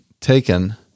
taken